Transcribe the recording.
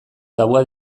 tabua